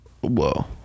Whoa